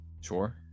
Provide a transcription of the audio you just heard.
Sure